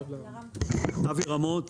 אבי רמות,